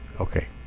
Okay